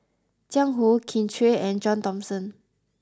Jiang Hu Kin Chui and John Thomson